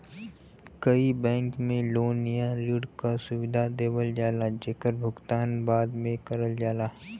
कई बैंक में लोन या ऋण क सुविधा देवल जाला जेकर भुगतान बाद में करल जाला